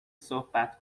صحبت